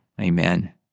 Amen